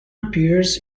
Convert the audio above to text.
appears